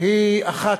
היא אחת: